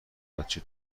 بچه